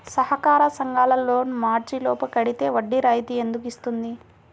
సహకార సంఘాల లోన్ మార్చి లోపు కట్టితే వడ్డీ రాయితీ ఎందుకు ఇస్తుంది?